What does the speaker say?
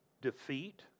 defeat